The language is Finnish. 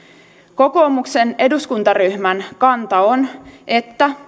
kokoomuksen eduskuntaryhmän kanta on että